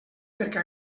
perquè